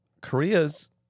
Korea's